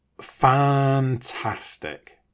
fantastic